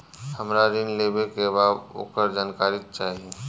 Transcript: हमरा ऋण लेवे के बा वोकर जानकारी चाही